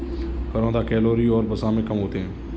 करौंदा कैलोरी और वसा में कम होते हैं